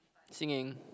singing